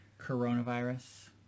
coronavirus